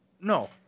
No